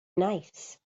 nice